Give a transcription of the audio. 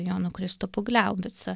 jonu kristupu gliaubica